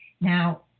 Now